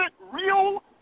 real